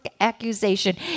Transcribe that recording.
accusation